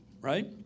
right